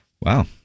Wow